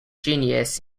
genius